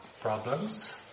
problems